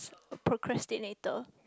procrastinator